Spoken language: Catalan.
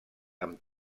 amb